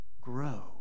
grow